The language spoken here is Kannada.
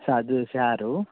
ಸ ಅದು ಸಾರು